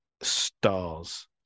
stars